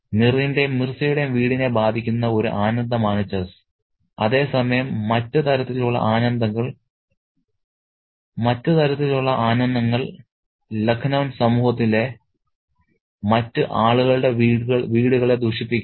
മിറിന്റെയും മിർസയുടെയും വീടിനെ ബാധിക്കുന്ന ഒരു ആനന്ദമാണ് ചെസ്സ് അതേസമയം മറ്റ് തരത്തിലുള്ള ആനന്ദങ്ങൾ ലഖ്നൌ സമൂഹത്തിലെ മറ്റ് ആളുകളുടെ വീടുകളെ ദുഷിപ്പിക്കുന്നു